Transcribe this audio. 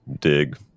dig